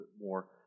more